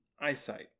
eyesight